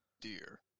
dear